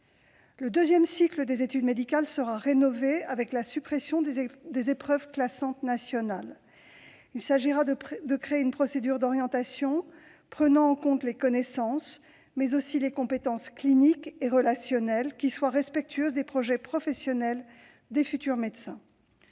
Le deuxième cycle des études médicales sera rénové, avec la suppression des épreuves classantes nationales. Il s'agira de créer une procédure d'orientation qui prenne en compte les connaissances, mais aussi les compétences cliniques et relationnelles, et qui soit respectueuse des projets professionnels des futurs médecins.